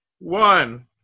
One